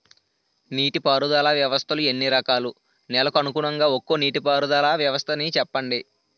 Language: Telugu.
నీటి పారుదల వ్యవస్థలు ఎన్ని రకాలు? నెలకు అనుగుణంగా ఒక్కో నీటిపారుదల వ్వస్థ నీ చెప్పండి?